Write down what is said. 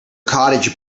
cottage